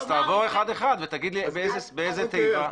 אז תעבור אחד אחד ותגיד לי באיזה תיבה --- אוקיי,